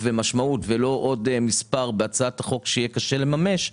ומשמעות ולא עוד מספר בהצעת החוק שיהיה קשה לממש,